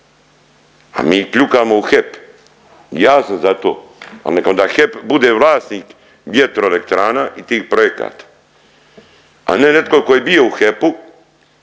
A mi kljukamo u HEP i ja sam za to al nek onda HEP bude vlasnik vjetroelektrana i tih projekata, a ne netko tko je bio u HEP-u,